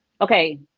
Okay